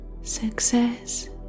Success